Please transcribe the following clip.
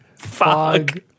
Fog